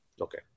Okay